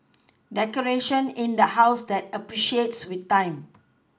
decoration in the house that appreciates with time